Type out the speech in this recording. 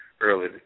early